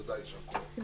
בבקשה.